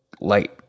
light